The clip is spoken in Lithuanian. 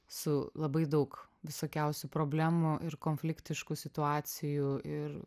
su labai daug visokiausių problemų ir konfliktiškų situacijų ir